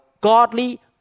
godly